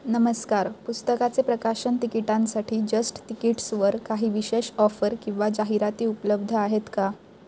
नमस्कार पुस्तकाचे प्रकाशन तिकिटांसाठी जस्ट तिकिट्सवर काही विशेष ऑफर किंवा जाहिराती उपलब्ध आहेत का